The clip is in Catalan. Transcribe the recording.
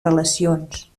relacions